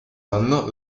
anno